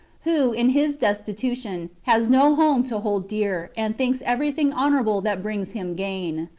who, in his destitution, has no home to hold dear, and thinks everything honourable that brings him gain.